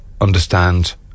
understand